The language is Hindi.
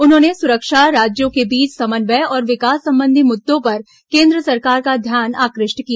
उन्होंने सुरक्षा राज्यों के बीच समन्वय और विकास संबंधी मुद्दों पर केन्द्र सरकार का ध्यान आकृष्ट किया